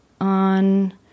on